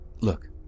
Look